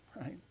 right